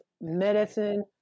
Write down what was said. medicine